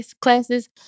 classes